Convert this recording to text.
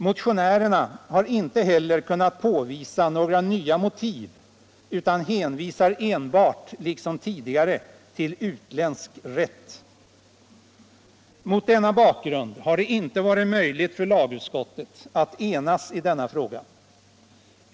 Motionärerna har inte heller kunnat påvisa några nya motiv utan hänvisar bara liksom tidigare till utländsk rätt. Mot denna bakgrund har det inte varit möjligt för lagutskottet att enas i denna fråga.